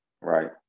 right